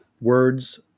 words